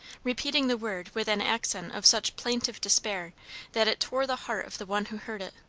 repeating the word with an accent of such plaintive despair that it tore the heart of the one who heard it.